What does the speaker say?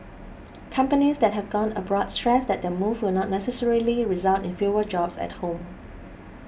companies that have gone abroad stressed that their move will not necessarily result in fewer jobs at home